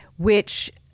which,